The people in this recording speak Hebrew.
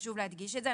וחשוב להדגיש את זה.